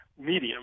medium